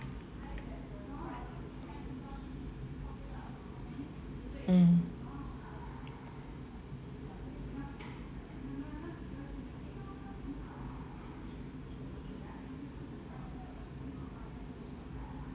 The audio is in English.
mm